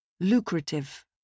Lucrative